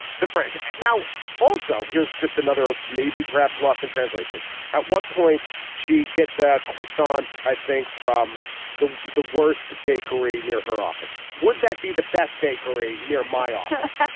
the french now also here's just another maybe perhaps lost in translation at one point she gets a croissant i think from the the worst bakery near her office would that be the best bakery near my office.